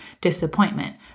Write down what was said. disappointment